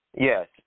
Yes